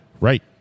Right